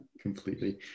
completely